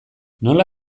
nola